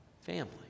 Family